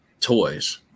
toys